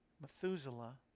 Methuselah